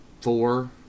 four